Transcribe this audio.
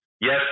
Yes